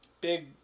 big